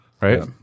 right